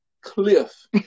cliff